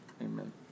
Amen